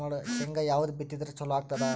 ಶೇಂಗಾ ಯಾವದ್ ಬಿತ್ತಿದರ ಚಲೋ ಆಗತದ?